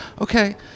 okay